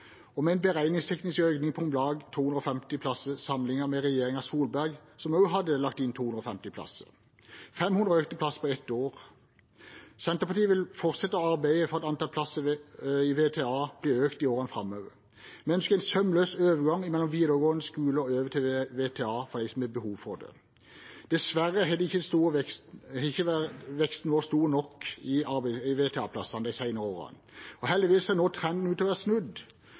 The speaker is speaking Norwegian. og med en beregningsteknisk økning på om lag 250 plasser. Regjeringen Solberg hadde også lagt inn 250 plasser, så det blir 500 flere plasser på ett år. Senterpartiet vil fortsette å arbeide for at antall plasser i VTA blir økt i årene framover. Vi ønsker en sømløs overgang fra videregående skole og over til VTA for dem som har behov for det. Dessverre har ikke veksten vært stor nok i VTA-plasser de senere årene, men heldigvis ser trenden nå ut til å være snudd.